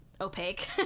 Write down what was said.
opaque